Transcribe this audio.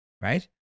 right